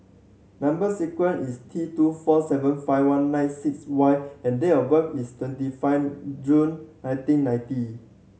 number sequence is T two four seven five one nine six Y and date of birth is twenty five June nineteen ninety